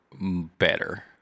better